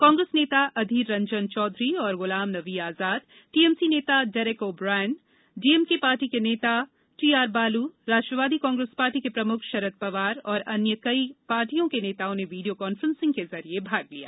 कांग्रेस नेता अधीर रंजन चौधरी और ग्लाम नबी आजाद टीएमसी नेता डेरेक ओब्रायन डीएमके पार्टी के नेता टीआरबालू राष्ट्रवादी कांग्रेस पार्टी के प्रम्ख शरद पवार तथा कई अन्य पार्टियों के नेताओं ने वीडियो कांफ्रेंसिंग के जरिये भाग लिया